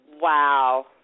Wow